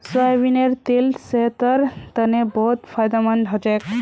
सोयाबीनेर तेल सेहतेर तने बहुत फायदामंद हछेक